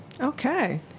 Okay